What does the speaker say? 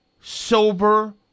sober